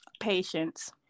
Patience